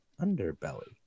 underbelly